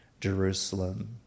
Jerusalem